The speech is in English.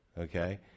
Okay